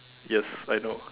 yes I know